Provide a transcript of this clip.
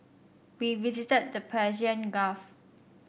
we visited the Persian Gulf